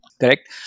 Correct